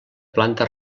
planta